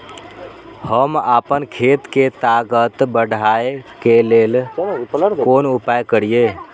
हम आपन खेत के ताकत बढ़ाय के लेल कोन उपाय करिए?